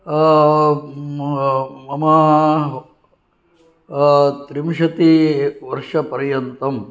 मम त्रिंशति एकवर्षपर्यन्तं